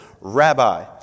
Rabbi